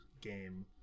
game